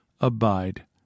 abide